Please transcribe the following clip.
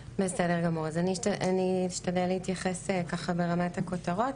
אני אשתדל להתייחס ברמת הכותרות,